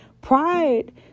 Pride